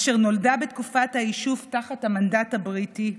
אשר נולדה בתקופת היישוב תחת המנדט הבריטי,